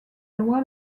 loi